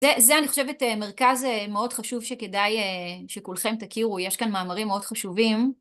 זה, אני חושבת, מרכז מאוד חשוב שכדאי שכולכם תכירו, יש כאן מאמרים מאוד חשובים.